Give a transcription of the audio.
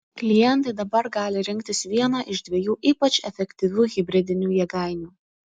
klientai dabar gali rinktis vieną iš dviejų ypač efektyvių hibridinių jėgainių